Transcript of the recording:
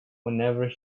whenever